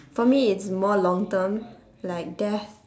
for me it's more long term like death